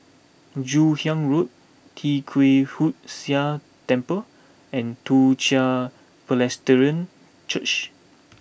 Joon Hiang Road Tee Kwee Hood Sia Temple and Toong Chai Presbyterian Church